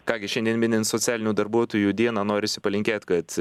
ką gi šiandien minint socialinių darbuotojų dieną norisi palinkėt kad